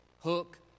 Hook